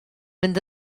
fynd